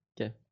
Okay